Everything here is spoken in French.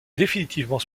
définitivement